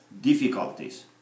difficulties